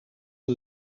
een